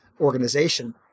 organization